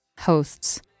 hosts